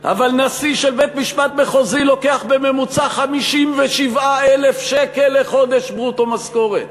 אבל נשיא של בית-משפט מחוזי לוקח בממוצע 57,000 שקל לחודש ברוטו משכורת.